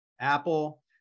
Apple